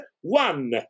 one